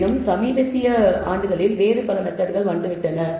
இருப்பினும் சமீபத்திய ஆண்டுகளில் வேறு பல மெத்தட்கள் வந்துவிட்டன